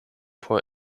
por